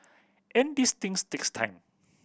and these things takes time